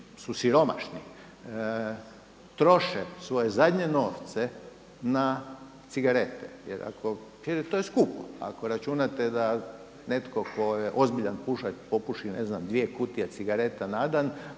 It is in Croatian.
su siromašni troše svoje zadnje novce na cigarete. Jer ako, jer to je skupo. Ako računate da netko tko je ozbiljan pušač popuši ne znam dvije kutije cigareta na dan,